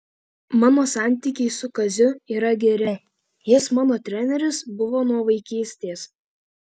mano santykiai su kaziu yra geri jis mano treneris buvo nuo vaikystės